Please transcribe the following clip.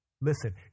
Listen